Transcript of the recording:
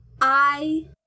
I-